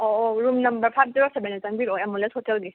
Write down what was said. ꯑꯣ ꯑꯣ room number five zero ꯁꯕꯦꯟꯗ ꯆꯪꯕꯤꯔꯛꯑꯣ ꯑꯦꯃꯣꯂꯦꯁ ꯍꯣꯇꯦꯜꯒꯤ